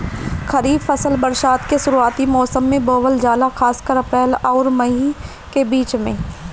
खरीफ फसल बरसात के शुरूआती मौसम में बोवल जाला खासकर अप्रैल आउर मई के बीच में